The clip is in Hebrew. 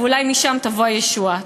ואולי משם תבוא הישועה.